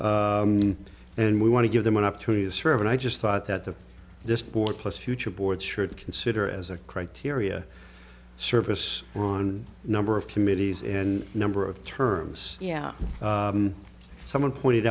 and we want to give them an opportunity to serve and i just thought that the this board plus future board should consider as a criteria service on number of committees and number of terms yeah someone pointed